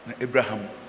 Abraham